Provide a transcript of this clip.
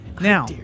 Now